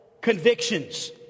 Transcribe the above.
convictions